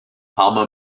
palma